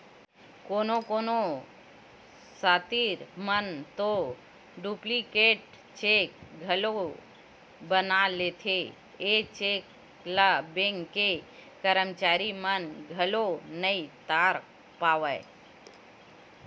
कोनो कोनो सातिर मन तो डुप्लीकेट चेक घलोक बना लेथे, ए चेक ल बेंक के करमचारी मन घलो नइ ताड़ पावय